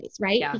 right